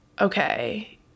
okay